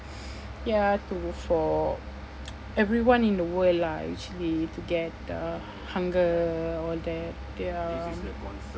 ya to for everyone in the world lah actually to get uh hunger all that their